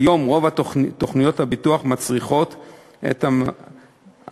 כיום רוב תוכניות הביטוח מצריכות את המבטחים